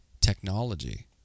technology